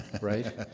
right